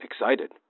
excited